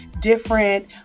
different